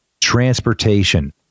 transportation